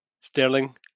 Sterling